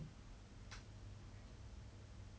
henry park similar or background